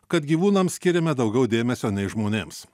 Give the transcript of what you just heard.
kad gyvūnams skiriame daugiau dėmesio nei žmonėms